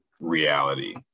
reality